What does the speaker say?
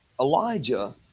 Elijah